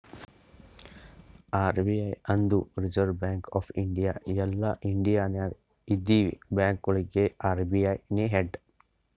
RBI ಅಂದುರ್ reserve bank of India ಎಲ್ಲಾ India ನಾಗ್ ಇದ್ದಿವ ಬ್ಯಾಂಕ್ಗೊಳಿಗ ಅರ್.ಬಿ.ಐ ನೇ ಹೆಡ್